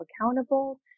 accountable